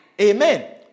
Amen